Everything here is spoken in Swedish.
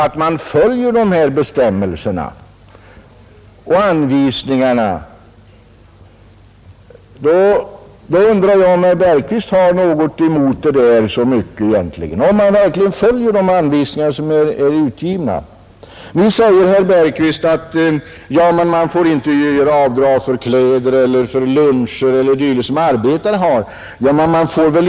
Om de utgivna anvisningarna verkligen följs, så undrar jag om herr Bergqvist egentligen har så mycket emot dem. Nu säger herr Bergqvist att en arbetare inte får göra avdrag för kläder, för lunch osv.